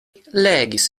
legis